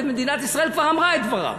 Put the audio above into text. ומדינת ישראל כבר אמרה את דברה.